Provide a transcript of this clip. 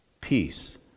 peace